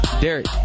Derek